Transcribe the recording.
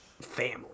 Family